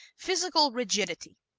physical rigidity